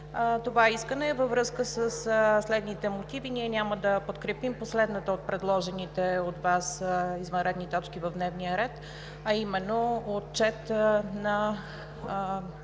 Това искане е във връзка със следните мотиви: ние няма да подкрепим последната от предложените от Вас извънредни точки в дневния ред: Отчет на